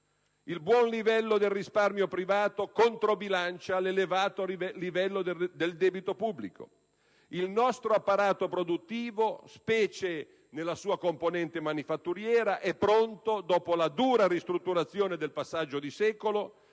il buon livello del risparmio privato controbilancia l'elevato livello del debito pubblico; il nostro apparato produttivo, specie nella sua componente manufatturiera, è pronto - dopo la dura ristrutturazione del passaggio di secolo